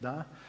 Da.